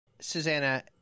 Susanna